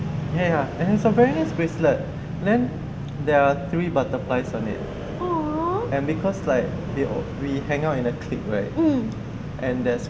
they have some very nice bracelet then there are three butterflies on it and because like we hang out in a clique right and there's